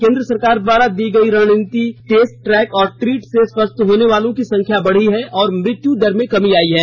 केन्द्र सरकार द्वारा गई रणनीति टेस्ट ट्रैक और ट्रीट से स्वस्थ होने वालों की संख्या बढी है और मृत्यू दर में कमी आई है